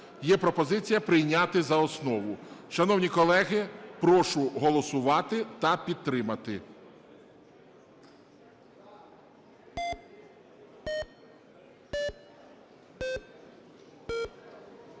Є пропозиція прийняти за основу. Шановні колеги, прошу голосувати та підтримати.